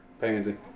Pansy